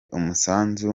umusanzu